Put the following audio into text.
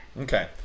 Okay